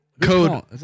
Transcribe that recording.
Code